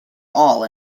all